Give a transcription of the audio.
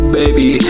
baby